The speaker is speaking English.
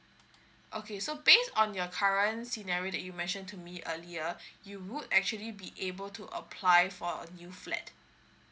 okay so based on your current scenario that you mentioned to me earlier you would actually be able to apply for a new flat